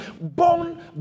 born